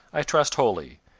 i trust wholly.